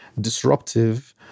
disruptive